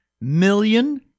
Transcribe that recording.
million